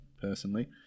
personally